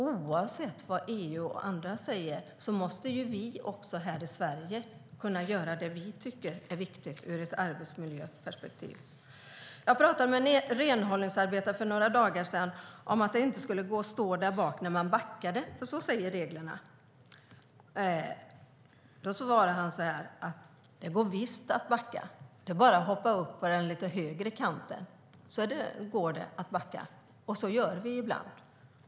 Oavsett vad EU och andra säger måste vi här i Sverige kunna göra det vi tycker är viktigt ur ett arbetsmiljöperspektiv. Jag pratade med en renhållningsarbetare för några dagar sedan om att det inte ska gå att stå därbak när man backar. Det säger nämligen reglerna. Han svarade då: Det går visst att backa. Det är bara att hoppa upp på den lite högre kanten. Så gör vi ibland.